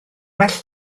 well